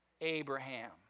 Abraham